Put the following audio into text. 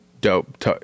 dope